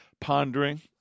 pondering